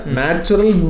natural